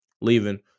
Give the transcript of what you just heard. leaving